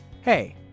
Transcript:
Hey